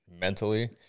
mentally